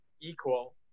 equal